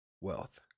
wealth